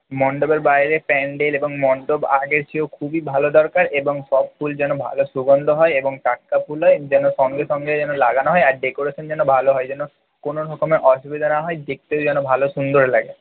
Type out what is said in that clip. মণ্ডপের বাইরে প্যান্ডেল এবং মণ্ডপ আগের চেয়েও খুবই ভালো দরকার এবং সব ফুল যেন ভালো সুগন্ধ হয় এবং টাটকা ফুল হয় যেন সঙ্গে সঙ্গে যেন লাগানো হয় আর ডেকরেশন যেন ভালো হয় যেন কোন রকমের অসুবিধা না হয় দেখতেও যেন ভালো সুন্দর লাগে